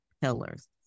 pillars